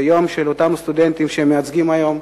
זה יום של אותם סטודנטים שהם מייצגים היום,